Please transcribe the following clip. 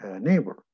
neighbor